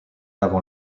avant